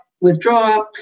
withdraw